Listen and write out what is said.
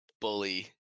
bully